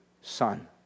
Son